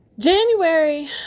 January